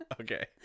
Okay